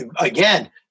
again